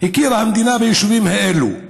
הכירה המדינה ביישובים האלה.